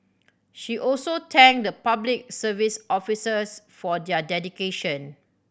she also thanked the Public Service officers for their dedication